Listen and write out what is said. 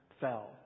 fell